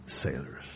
sailors